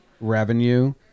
revenue